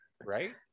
right